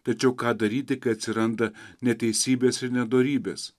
tačiau ką daryti kai atsiranda neteisybės ir nedorybės